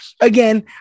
again